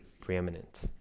preeminent